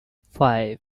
five